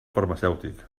farmacèutic